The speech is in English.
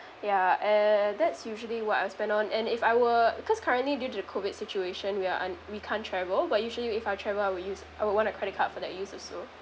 ya and that's usually what I'll spend on and if I were because currently due to the COVID situation we are un~ we can't travel but usually if I travel I will use I will want a credit card for that use also